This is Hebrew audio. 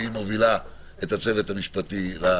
והיא מובילה את הצוות המשפטי הזה,